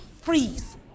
Freeze